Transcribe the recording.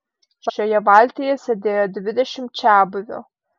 šioje valtyje sėdėjo dvidešimt čiabuvių